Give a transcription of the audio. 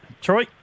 Troy